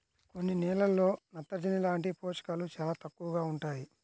కొన్ని నేలల్లో నత్రజని లాంటి పోషకాలు చాలా తక్కువగా ఉంటాయి